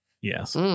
Yes